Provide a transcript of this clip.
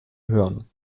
hören